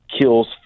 kills